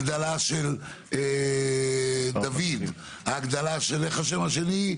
הגדלה של "דויד", הגדלה של "ינשוף",